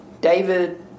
david